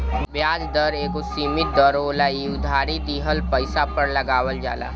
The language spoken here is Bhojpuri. ब्याज दर एगो सीमित दर होला इ उधारी दिहल पइसा पर लगावल जाला